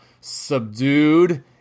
subdued